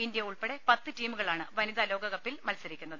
India ഉൾപ്പെടെ പത്ത് ടീമുകളാണ് വനിതാ ലോകകപ്പിൽ മത്സരിക്കുന്നത്